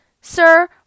Sir